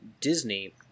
Disney